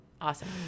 Awesome